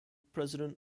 president